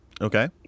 Okay